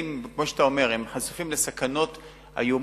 כמו שאתה אומר, הילדים חשופים לסכנות איומות.